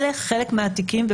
אז,